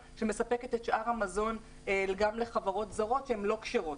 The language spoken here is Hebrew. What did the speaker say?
אבל מספקת את שאר המזון גם לחברות זרות שהן לא כשרות,